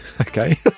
Okay